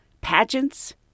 pageants